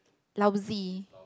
lousy